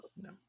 no